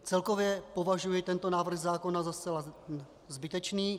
Celkově považuji tento návrh zákona za zcela zbytečný.